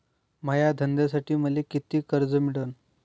माया धंद्यासाठी मले कितीक कर्ज मिळनं?